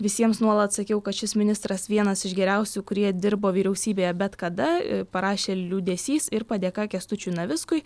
visiems nuolat sakiau kad šis ministras vienas iš geriausių kurie dirbo vyriausybėje bet kada parašė liūdesys ir padėka kęstučiui navickui